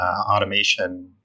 automation